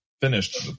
finished